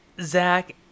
Zach